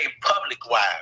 public-wise